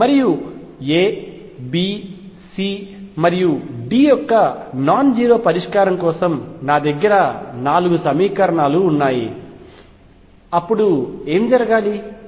మరియు A B C మరియు D యొక్క నాన్ జీరో పరిష్కారం కోసం నా దగ్గర 4 సమీకరణాలు ఉన్నాయి అప్పుడు ఏమి జరగాలి